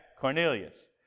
Cornelius